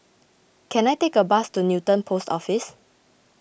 can I take a bus to Newton Post Office